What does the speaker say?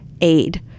aid